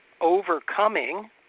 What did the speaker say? overcoming